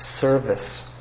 service